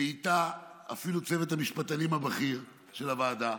ואיתה אפילו צוות המשפטנים הבכיר של הוועדה,